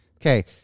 Okay